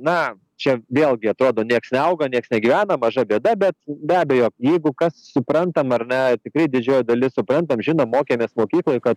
na čia vėlgi atrodo nieks neauga nieks negyvena maža bėda bet be abejo jeigu kas suprantam ar ne ir tikrai didžioji dalis suprantam žinom mokėmės mokykloj kad